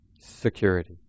security